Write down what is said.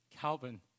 Calvin